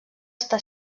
està